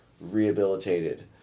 rehabilitated